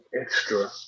Extra